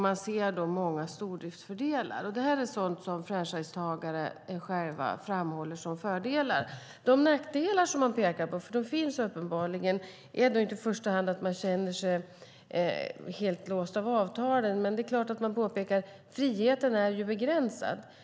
Man ser många stordriftsfördelar. Det är sådant som franchisetagare själva framhåller som fördelar. De nackdelar som man pekar på - de finns uppenbarligen - är inte i första hand att man känner sig helt låst av avtalet, även om det är klart att man påpekar att friheten är begränsad.